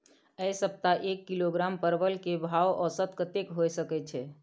ऐ सप्ताह एक किलोग्राम परवल के भाव औसत कतेक होय सके छै?